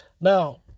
Now